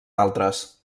altres